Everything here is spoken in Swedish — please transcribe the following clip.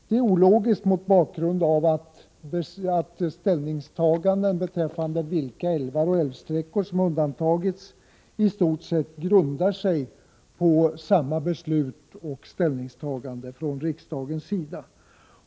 Det är ologiskt mot bakgrund av att ställningstagandena beträffande vilka älvar och älvsträckor som undantagits i stort sett grundar sig på samma beslut och ställningstagande från riksdagen.